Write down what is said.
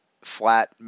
flat